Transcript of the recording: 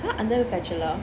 !huh! under bachelor